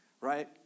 right